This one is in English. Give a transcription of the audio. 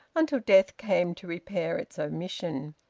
until death came to repair its omission.